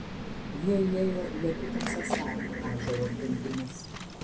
jie įėjo į apytamsę salę ąžuolo grindimis